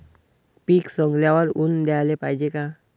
पीक सवंगल्यावर ऊन द्याले पायजे का?